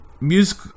music